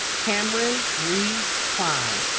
cameron reed kline